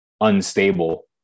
unstable